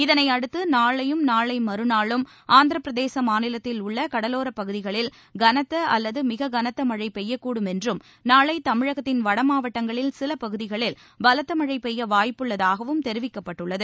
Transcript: இதனை அடுத்து நாளையும் நாளை மறுநாளும் ஆந்திர பிரதேச மாநிலத்தில் உள்ள கடலோர பகுதிகளில் கனத்த அல்லது மிக கனத்த மழை பெய்யக்கூடுமென்றும் நாளை தமிழகத்தின் வடமாவட்டங்களில் சிலபகுதிகளில் பலத்த மழைபெய்ய வாய்ப்புள்ளதாகவும் தெரிவிக்கப்பட்டுள்ளது